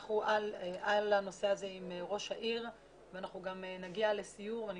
אנחנו על הנושא הזה עם ראש העיר ואנחנו גם נגיע לסיור ואני